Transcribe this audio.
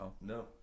No